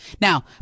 Now